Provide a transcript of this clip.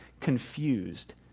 confused